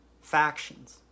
factions